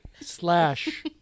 slash